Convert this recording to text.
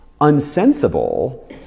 unsensible